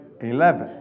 Eleven